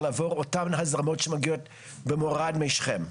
עבור אותן הזרמות שמגיעות במורד מי שכם.